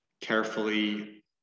carefully